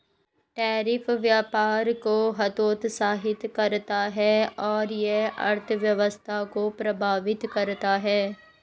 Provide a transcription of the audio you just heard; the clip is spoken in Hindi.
टैरिफ व्यापार को हतोत्साहित करता है और यह अर्थव्यवस्था को प्रभावित करता है